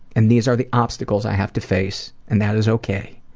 and these are the obstacles i have to face, and that is okay.